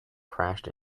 crashed